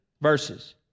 verses